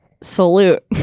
salute